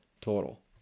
total